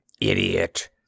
Idiot